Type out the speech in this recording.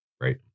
right